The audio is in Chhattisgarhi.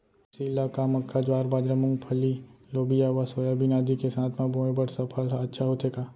अलसी ल का मक्का, ज्वार, बाजरा, मूंगफली, लोबिया व सोयाबीन आदि के साथ म बोये बर सफल ह अच्छा होथे का?